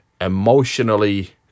emotionally